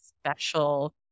special